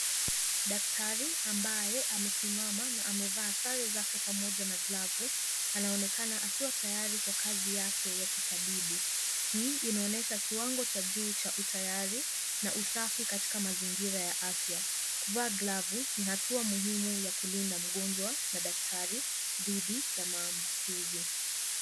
Daktari ambaye amesimama na amevaa sare zake pamoja na glavu, anaonekana akiwa tayari kwa kazi yake ya kitabibu. Hii inaonyesha kiwango cha juu cha utayari na usafi katika mazingira ya afya. Kuvaa glavu ni hatua muhimu ya kulinda mgonjwa na daktari dhidi ya maambukizi.